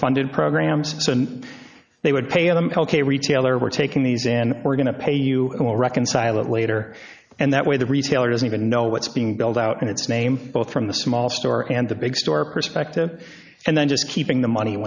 funded programs certain they would pay them a retailer we're taking these and we're going to pay you will reconcile it later and that way the retailer doesn't even know what's being billed out in its name both from the small store and the big store perspective and then just keeping the money